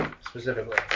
specifically